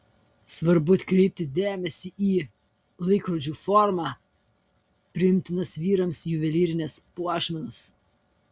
svarbu atkreipti dėmesį į laikrodžių formą priimtinas vyrams juvelyrines puošmenas